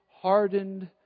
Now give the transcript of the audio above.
hardened